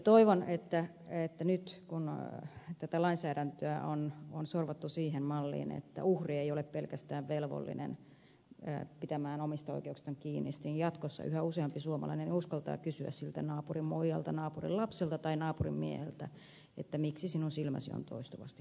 toivon että nyt kun tätä lainsäädäntöä on sorvattu siihen malliin että pelkästään uhri ei ole velvollinen pitämään omista oikeuksistaan kiinni niin jatkossa yhä useampi suomalainen uskaltaa kysyä siltä naapurin muijalta naapurin lapselta tai naapurin mieheltä miksi sinun silmäsi on toistuvasti mustana